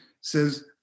says